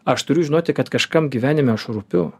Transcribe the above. aš turiu žinoti kad kažkam gyvenime aš rūpiu